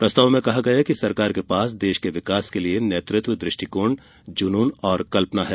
प्रस्ताव में कहा गया कि सरकार के पास देश के विकास के लिए नेतृत्व दृष्टिकोण जुनून और कल्पना है